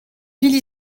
villes